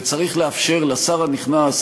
וצריך לאפשר לשר הנכנס,